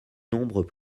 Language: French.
nombres